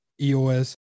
EOS